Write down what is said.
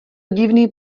divný